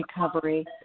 recovery